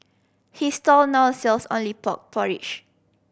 his stall now sells only pork porridge